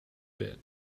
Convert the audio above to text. bit